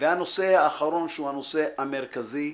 והנושא האחרון, שהוא הנושא המרכזי,